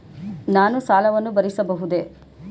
ನಾನು ಸಾಲವನ್ನು ಭರಿಸಬಹುದೇ?